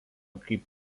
kaip